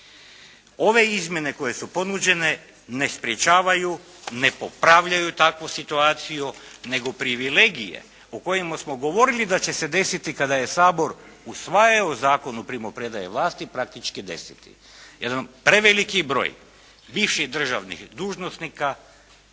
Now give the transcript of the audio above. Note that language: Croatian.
Ove izmjene koje su ponuđene ne sprječavaju, ne popravljaju takvu situaciju nego privilegije o kojima smo govorili da će se desiti kada je Sabor usvajao Zakon o primopredaji vlasti praktički deseti. Jedan preveliki broj bivših državnih dužnosnika